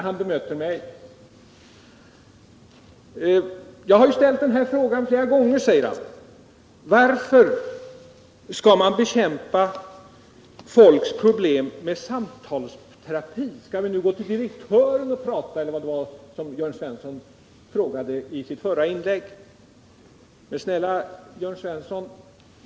Han säger att han flera gånger har frågat varför man skall bekämpa folks problem med samtalsterapi. Skall man gå till direktören och tala med honom, eller vad det var Jörn Svensson frågade i sitt förra inlägg? Snälla Jörn Svensson!